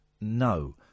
no